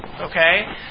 Okay